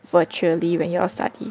virtually when you all study